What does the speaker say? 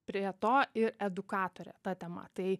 prie to ir edukatorė ta tema tai